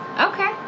okay